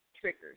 triggers